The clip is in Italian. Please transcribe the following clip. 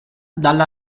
dalla